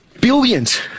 billions